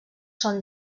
són